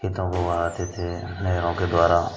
खेतों को बराते थे नहरों के द्वारा